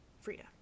Frida